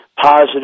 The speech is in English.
positive